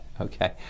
Okay